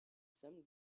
some